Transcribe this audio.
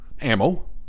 Ammo